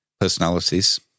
personalities